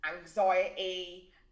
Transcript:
Anxiety